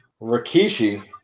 Rikishi